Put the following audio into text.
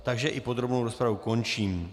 Takže i podrobnou rozpravu končím.